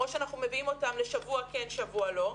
או שאנחנו מביאים אותם לשבוע כן ושבוע לא,